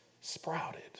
sprouted